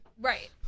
Right